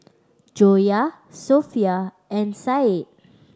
Joyah Sofea and Said